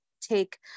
take